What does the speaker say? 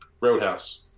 Roadhouse